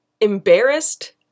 embarrassed